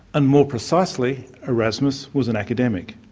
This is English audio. and more precisely, erasmus was an academic.